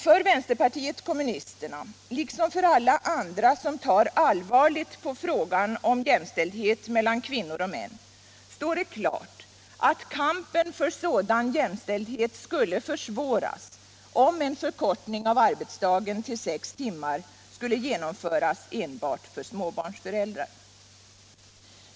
För vänsterpartiet kommunisterna liksom för alla andra som tar allvarligt på frågan om jämställdhet mellan kvinnor och män står det klart att kampen för sådan jämställdhet skulle försvåras om en förkortning av arbetsdagen till sex timmar skulle genomföras enbart för småbarnsföräldrar.